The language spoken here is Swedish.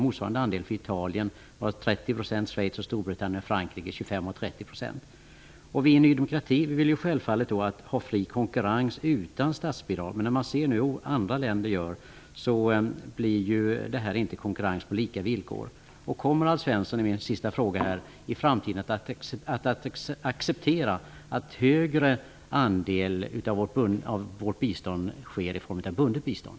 Motsvarande andel för Italien var 30 % Vi i Ny demokrati vill självfallet ha fri konkurrens utan statsbidrag. Men när man ser hur det går till i andra länder visar det sig att det inte är fråga om en konkurrens på lika villkor. Min avslutande fråga är: Kommer Alf Svensson i framtiden att acceptera att högre andel av vårt bistånd sker i form av bundet bistånd?